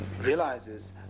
realizes